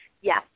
yes